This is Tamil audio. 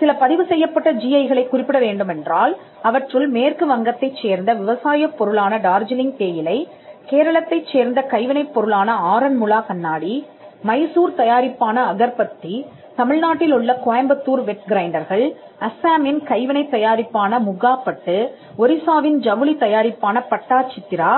சில பதிவு செய்யப்பட்ட ஜிஐ களைக் குறிப்பிட வேண்டுமென்றால் அவற்றுள் மேற்கு வங்கத்தைச் சேர்ந்த விவசாயப் பொருளான டார்ஜிலிங் தேயிலை கேரளத்தைச் சேர்ந்த கைவினைப் பொருளான ஆரன்முளா கண்ணாடி மைசூர் தயாரிப்பான அகர்பத்தி தமிழ்நாட்டிலுள்ள கோயம்புத்தூர் வெட் கிரைண்டர்கள் அசாமின் கைவினைத் தயாரிப்பான முகா பட்டு ஒரிசாவின் ஜவுளி தயாரிப்பான பட்டாச் சித்ரா